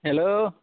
hello